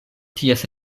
ties